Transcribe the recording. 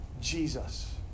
Jesus